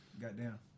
Goddamn